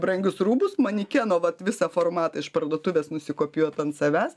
brangius rūbus manikeno vat visą formatą iš parduotuvės nusikopijuot ant savęs